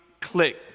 click